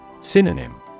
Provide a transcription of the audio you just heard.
Synonym